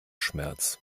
schmerz